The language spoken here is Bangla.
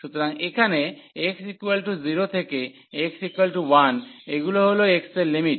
সুতরাং এখানে x 0 থেকে x 1 এগুলি হল x এর লিমিট